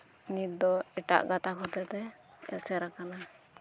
ᱱᱤᱛ ᱫᱚ ᱮᱴᱟᱜ ᱜᱟᱛᱟᱜ ᱦᱚᱛᱮ ᱛᱮ ᱮᱥᱮᱨ ᱟᱠᱟᱱᱟ